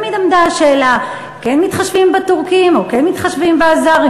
תמיד עמדה השאלה: כן מתחשבים בטורקים או כן מתחשבים באזרים,